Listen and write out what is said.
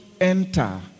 enter